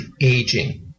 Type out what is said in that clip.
Aging